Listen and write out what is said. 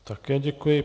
Také děkuji.